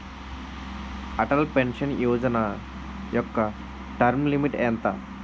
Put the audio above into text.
Atal pension Yojana యెక్క term limit ఎంత?